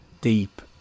deep